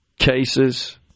Cases